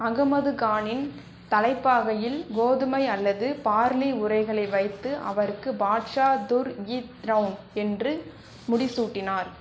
அகமது கானின் தலைப்பாகையில் கோதுமை அல்லது பார்லி உறைகளை வைத்து அவருக்கு பாட்ஷா துர்ர் இ த்ரௌன் என்று முடிசூட்டினார்